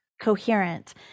coherent